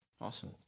awesome